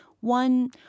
one